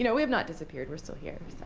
you know have not disappeared. we're still here.